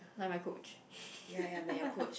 like my coach